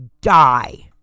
die